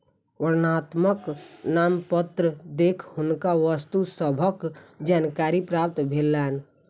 वर्णनात्मक नामपत्र देख हुनका वस्तु सभक जानकारी प्राप्त भेलैन